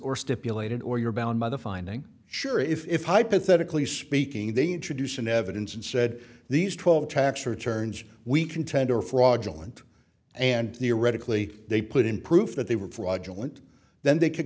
or stipulated or you're bound by the finding sure if hypothetically speaking they introduce an evidence and said these twelve tracks are turned we contend are fraudulent and theoretically they put in proof that they were fraudulent then they could